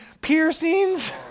piercings